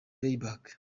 playback